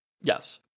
Yes